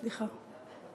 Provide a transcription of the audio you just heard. סליחה.